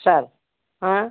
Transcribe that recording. sir ଆଁ